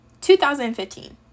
2015